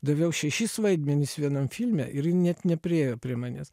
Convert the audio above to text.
daviau šešis vaidmenis vienam filme ir jin net nepriėjo prie manęs